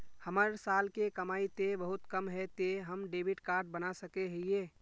हमर साल के कमाई ते बहुत कम है ते हम डेबिट कार्ड बना सके हिये?